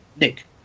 Nick